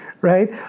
Right